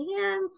hands